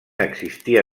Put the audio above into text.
existia